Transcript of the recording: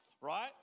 right